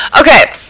Okay